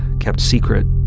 kept secret